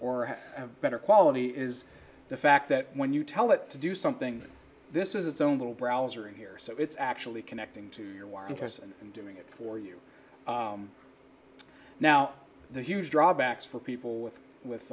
or better quality is the fact that when you tell it to do something this is its own little browser in here so it's actually connecting to your interests and doing it for you now the huge drawbacks for people with with